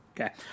Okay